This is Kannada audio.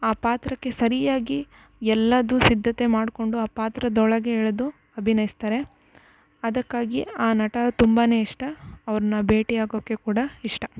ಆ ಪಾತ್ರಕ್ಕೆ ಸರಿಯಾಗಿ ಎಲ್ಲದೂ ಸಿದ್ಧತೆ ಮಾಡಿಕೊಂಡು ಆ ಪಾತ್ರದೊಳಗೆ ಇಳಿದು ಅಭಿನಯಿಸ್ತಾರೆ ಅದಕ್ಕಾಗಿಯೇ ಆ ನಟ ತುಂಬ ಇಷ್ಟ ಅವ್ರನ್ನ ಭೇಟಿಯಾಗೋಕ್ಕೆ ಕೂಡ ಇಷ್ಟ